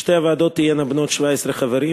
שתי הוועדות תהיינה בנות 17 חברים,